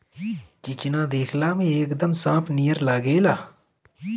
चिचिना देखला में एकदम सांप नियर लागेला